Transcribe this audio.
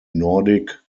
nordic